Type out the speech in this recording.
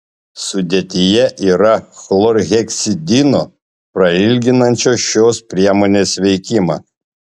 sudėtyje yra chlorheksidino prailginančio šios priemonės veikimą